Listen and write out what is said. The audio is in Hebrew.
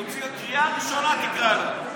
תוציא לו, קריאה ראשונה תקרא לו.